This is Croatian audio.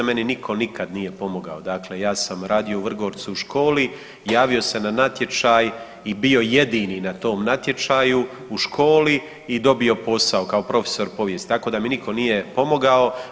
Meni nitko nikad nije pomogao, dakle ja sam radio u Vrgorcu u školi, javio se na natječaj i bio jedini na tom natječaju u školi i dobio posao kao profesor povijesti, tako da mi nitko nije pomogao.